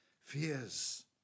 fears